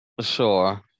sure